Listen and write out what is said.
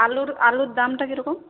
আলুর আলুর দামটা কীরকম